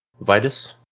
Vitus